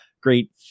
great